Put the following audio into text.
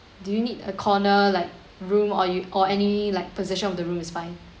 do you need a corner like room or you or any like position of the room is fine